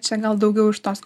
čia gal daugiau iš tos